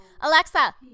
Alexa